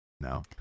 No